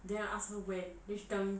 then I ask her where wisdom